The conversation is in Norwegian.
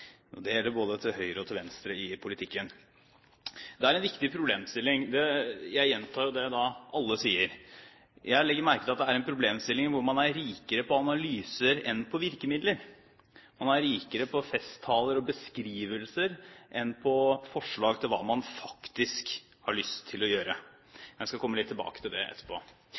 Det gjelder både til høyre og venstre i politikken. Det er en viktig problemstilling – og jeg gjentar da det alle sier. Jeg legger merke til at det er en problemstilling hvor man er rikere på analyser enn på virkemidler. Man er rikere på festtaler og beskrivelser enn på forslag til hva man faktisk har lyst til å gjøre. Jeg skal komme litt tilbake til det etterpå.